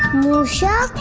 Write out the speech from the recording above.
mushak.